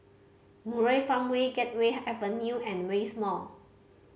Murai Farmway Gateway Avenue and West Mall